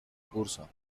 curso